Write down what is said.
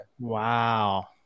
Wow